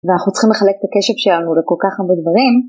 ואנחנו צריכים לחלק את הקשב שלנו לכל כך הרבה דברים.